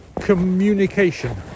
communication